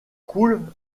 coule